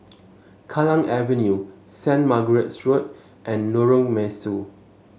Kallang Avenue Saint Margaret's Road and Lorong Mesu